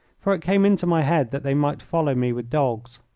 for it came into my head that they might follow me with dogs.